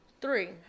three